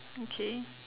okay